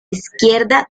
izquierda